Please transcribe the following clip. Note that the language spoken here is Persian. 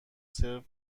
سرو